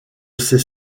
ces